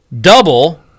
double